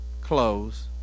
close